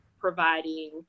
providing